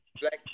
black